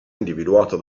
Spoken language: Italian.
individuato